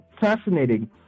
fascinating